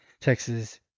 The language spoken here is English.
Texas